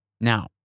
Now